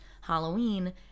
Halloween